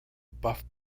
buff